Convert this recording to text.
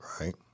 Right